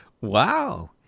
wow